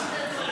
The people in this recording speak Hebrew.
בלי סרבנות.